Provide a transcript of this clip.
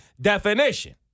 definition